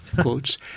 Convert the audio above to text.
quotes